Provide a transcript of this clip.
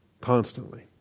constantly